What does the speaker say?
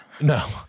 No